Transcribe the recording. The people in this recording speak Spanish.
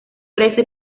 preso